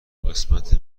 قسمت